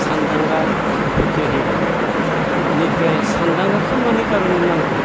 सानदांगा इफोरखो हेबो इनिफ्राय सानदांगाखो मानि कारने नांगौ